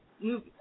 move